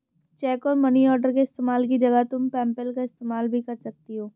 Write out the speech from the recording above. check और money order के इस्तेमाल की जगह तुम पेपैल का इस्तेमाल भी कर सकती हो